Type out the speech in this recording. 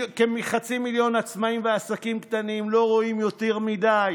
כחצי מיליון עצמאים ועסקים קטנים לא רואים יותר מדי